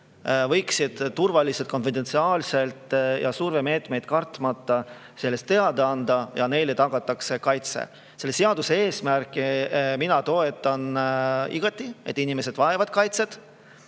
võivad turvaliselt, konfidentsiaalselt ja survemeetmeid kartmata sellest teada anda ja neile tagatakse kaitse. Selle seaduse eesmärki ma toetan igati, inimesed vajavad kaitset.